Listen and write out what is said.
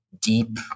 deep